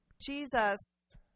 Jesus